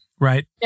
right